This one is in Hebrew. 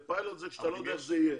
פיילוט זה כשאתה לא יודע איך זה יהיה